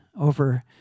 over